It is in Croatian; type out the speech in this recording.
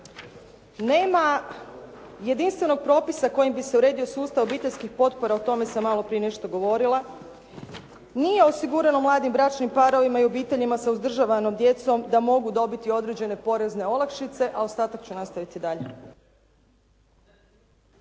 nema jedinstvenog propisa kojim bi se uredio sustav obiteljskih potpora. O tome sam malo prije nešto govorila. Nije osigurano mladim bračnim parovima i obiteljima sa uzdržavanom djecom da mogu dobiti određene porezne olakšice a ostatak ću nastaviti dalje.